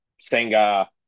Senga